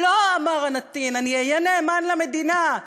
לא, אמר הנתין, אני אהיה נאמן למדינה.